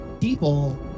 people